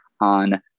on